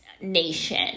nation